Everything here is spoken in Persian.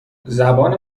زبان